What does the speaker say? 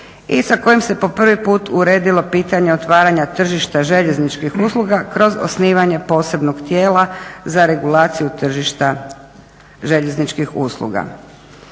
sa kojim se prvi put uredilo pitanje otvaranje tržišta željezničkih usluga kroz osnivanje posebnog tijela za regulaciju tržišta željezničkih usluga.